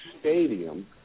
stadium